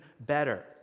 better